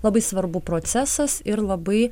labai svarbu procesas ir labai